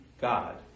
God